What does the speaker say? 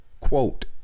Quote